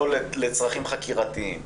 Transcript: או לצרכים חקירתיים.